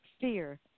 fear